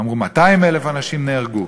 אמרו: 200,000 אנשים נהרגו,